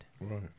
Right